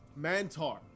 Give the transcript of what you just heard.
Mantar